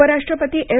उपराष्ट्रपती एम